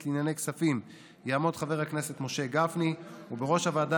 לענייני כספים יעמוד חבר הכנסת משה גפני ובראש הוועדה